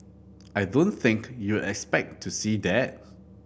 I don't think you are expect to see that